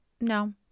No